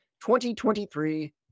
2023